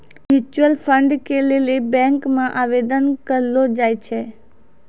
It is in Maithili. म्यूचुअल फंड के लेली बैंक मे आवेदन करलो जाय छै